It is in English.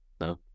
no